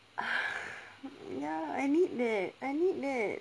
ugh ya I need that I need that